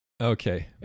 Okay